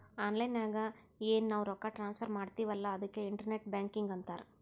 online ನಾಗ್ ಎನ್ ನಾವ್ ರೊಕ್ಕಾ ಟ್ರಾನ್ಸಫರ್ ಮಾಡ್ತಿವಿ ಅಲ್ಲಾ ಅದುಕ್ಕೆ ಇಂಟರ್ನೆಟ್ ಬ್ಯಾಂಕಿಂಗ್ ಅಂತಾರ್